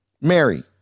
Mary